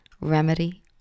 remedy